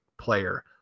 player